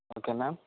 okay ma'am